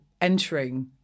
entering